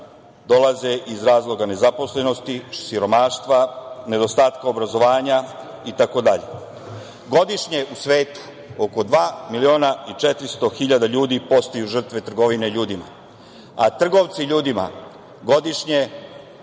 dolaze iz razloga nezaposlenosti, siromaštva, nedostatka obrazovanja i tako dalje. Godišnje u svetu oko dva miliona i 400 hiljada ljudi postaju žrtve trgovine ljudima, a trgovci ljudima godišnje